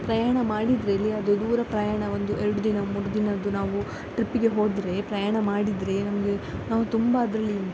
ಪ್ರಯಾಣ ಮಾಡಿದರಲ್ಲಿ ಅದು ದೂರ ಪ್ರಯಾಣ ಒಂದು ಎರಡು ದಿನ ಮೂರು ದಿನದ್ದು ನಾವು ಟ್ರಿಪ್ಪಿಗೆ ಹೋದರೆ ಪ್ರಯಾಣ ಮಾಡಿದರೆ ನಮಗೆ ನಾವು ತುಂಬ ಅದರಲ್ಲಿ